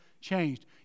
changed